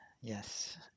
Yes